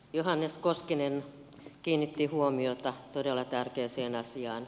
johannes koskinen kiinnitti huomiota todella tärkeään asiaan